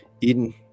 Eden